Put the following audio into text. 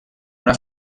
una